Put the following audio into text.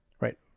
right